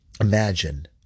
imagine